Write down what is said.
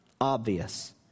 obvious